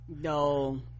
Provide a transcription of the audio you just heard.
No